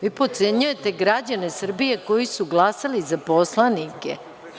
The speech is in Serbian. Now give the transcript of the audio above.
Vi potcenjujete građane Srbije koji su glasali za poslanike.